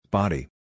Body